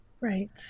right